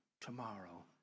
tomorrow